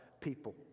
people